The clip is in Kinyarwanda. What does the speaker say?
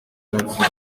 munsi